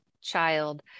child